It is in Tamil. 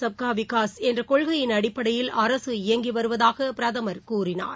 சுப்கா விகாஸ் என்ற கொள்கையின் அடிப்படையில் அரசு இயங்கி வருவதாக பிரதமர் கூறினார்